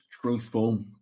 truthful